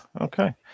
Okay